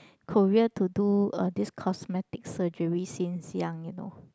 Korea to do uh this cosmetic surgery since young you know